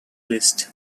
east